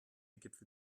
gipfel